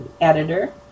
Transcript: editor